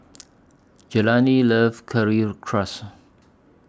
Jelani loves Currywurst